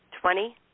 Twenty